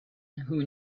who